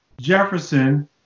Jefferson